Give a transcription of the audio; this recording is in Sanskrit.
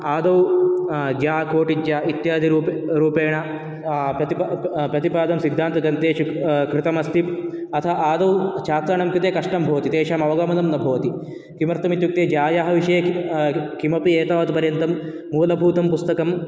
आदौ ज्या कोटिज्या इत्यादि रूपे रूपेण प्रतिप प्रतिपादनं सिद्धान्तग्रन्थेषु कृतम् अस्ति अतः आदौ छात्राणां कृते कष्टं भवति तेषां अवगमनं न भवति किमर्थम् इत्युक्ते ज्यायाः विषये किमपि एतावत् पर्यन्तं मूलभूतं पुस्तकम्